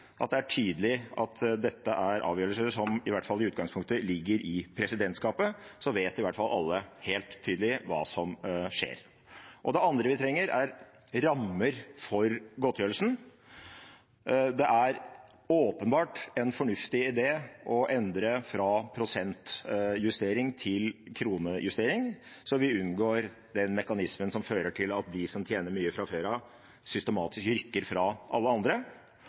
at det er tydelig at dette er avgjørelser som – i hvert fall i utgangspunktet – ligger i presidentskapet, så vet i hvert fall alle helt tydelig hva som skjer. Det andre vi trenger, er rammer for godtgjørelsen. Det er åpenbart en fornuftig idé å endre fra prosentjustering til kronejustering, så vi unngår den mekanismen som fører til at de som tjener mye fra før av, systematisk rykker fra alle andre.